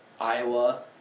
Iowa